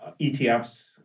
ETFs